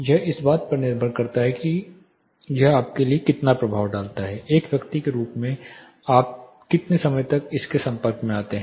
यह इस बात पर निर्भर करता है कि यह आपके लिए कितना प्रभाव डालता है एक व्यक्ति के रूप में आप कितने समय के लिए इसके संपर्क में आते हैं